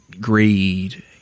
greed